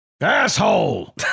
Asshole